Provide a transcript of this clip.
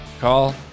call